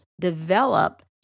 develop